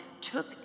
took